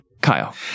Kyle